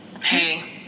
hey